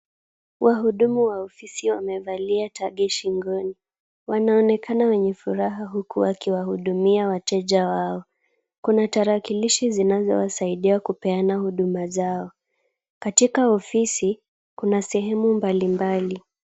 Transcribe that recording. Wahudumu wa ofisi wamevalia tagi shingoni. Wanaonekana wenye furaha huku wakiwahudumia wateja wao. Kuna tarakilishi zinazowasaidia kupeana huduma zao. Katika ofisi kuna sehemu mbali mbali.